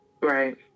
Right